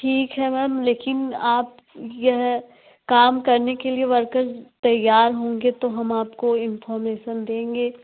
ठीक है मैम लेकिन आप यह काम करने के लिए वर्कर्स तैयार होंगे तो हम आपको इंफ़ॉमेसन देंगे